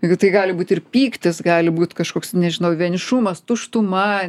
jeigu tai gali būti ir pyktis gali būti kažkoks nežinau vienišumas tuštuma